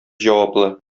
җаваплы